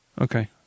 Okay